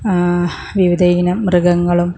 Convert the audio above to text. വിവിധ ഇനം മൃഗങ്ങളും